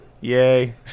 Yay